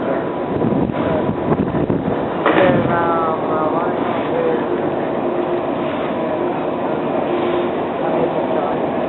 சரி சரி சேரி ம் சரி நான் வ வரேங்க வந்து நான் வந்து நாளைக்கு காலையில் வரேன் வந்து ஃப்ரெஷ்ஷாக வாங்கிகிட்டு வரேன்